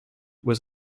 was